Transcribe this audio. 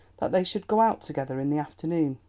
that they should go out together in the afternoon.